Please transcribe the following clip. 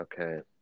Okay